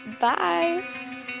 bye